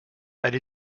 elle